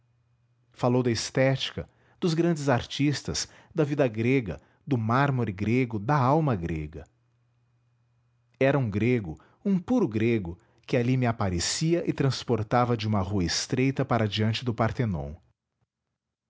falou da estética dos grandes artistas da vida grega do mármore grego da alma grega era um grego um puro grego que ali me aparecia e transportava de uma rua estreita para diante do pártenon